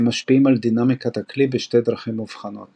הם משפיעים על דינמיקת הכלי בשתי דרכים מובחנות